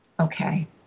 Okay